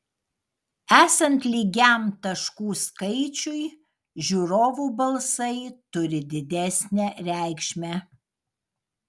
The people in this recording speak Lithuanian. esant lygiam taškų skaičiui žiūrovų balsai turi didesnę reikšmę